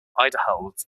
aldehydes